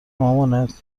مامانت